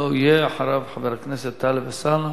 לא יהיה, אחריו, חבר הכנסת טלב אלסאנע.